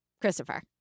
christopher